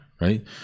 Right